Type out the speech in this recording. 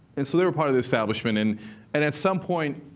and so they're a part of the establishment. and and at some point,